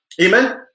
Amen